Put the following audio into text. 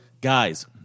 Guys